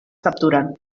capturen